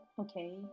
Okay